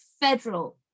federal